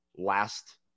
last